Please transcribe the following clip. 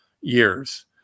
years